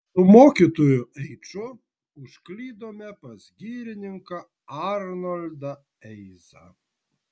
su mokytoju eiču užklydome pas girininką arnoldą eizą